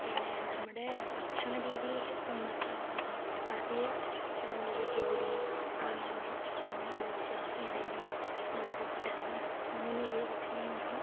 പിന്നെ നമ്മുടെ ഭക്ഷണരീതി ഇപ്പോള് മസ ചപ്പാത്തി അല്ലെങ്കില് പൂരി ദോശ ഇഡ്ഡലി പുട്ട് അങ്ങനെ ഉള്ള ഭക്ഷണങ്ങളാണ്